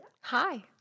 Hi